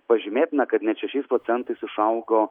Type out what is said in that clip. pažymėtina kad net šešiais procentais išaugo